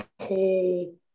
whole